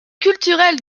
culturelle